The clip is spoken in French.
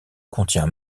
contient